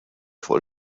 fuq